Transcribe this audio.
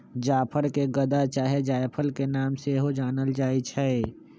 जाफर के गदा चाहे जायफल के नाम से सेहो जानल जाइ छइ